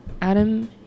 Adam